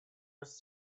was